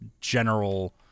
general